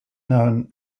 known